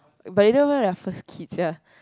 but you don't even have first kid sia